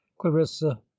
clarissa